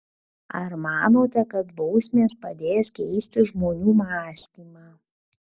ar manote kad bausmės padės keisti žmonių mąstymą